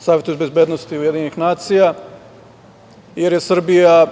Savetu bezbednosti UN, jer je Srbija